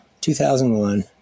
2001